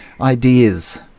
ideas